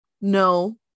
No